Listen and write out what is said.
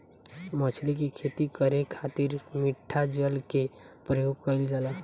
मछली के खेती करे खातिर मिठा जल के प्रयोग कईल जाला